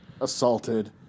assaulted